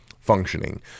functioning